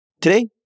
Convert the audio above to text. Today